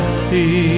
see